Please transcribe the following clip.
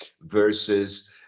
versus